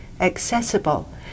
accessible